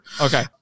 Okay